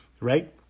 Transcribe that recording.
Right